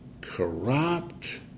corrupt